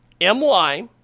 M-Y